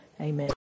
Amen